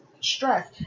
Stress